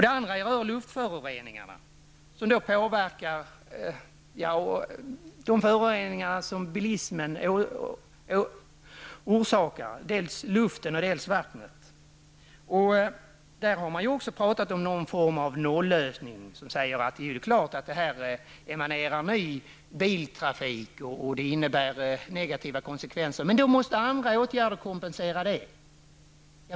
En annan miljökonsekvens är de föroreningar bilismen orsakar i luften och vattnet. Det har också i detta sammanhang talats om någon form av nollösning. Man säger då att detta projekt ger upphov till ny biltrafik som ger negativa konsekvenser men att andra åtgärder då måste kompensera för detta.